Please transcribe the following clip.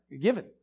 given